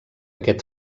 aquest